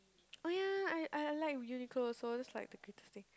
oh ya I I I like Uniqlo also that's like the cutest thing